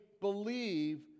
believe